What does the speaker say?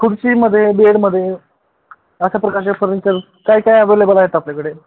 खुर्चीमध्ये बेडमध्ये अशा प्रकारचे फर्निचर काय काय अवेलेबल आहेत आपल्याकडे